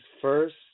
first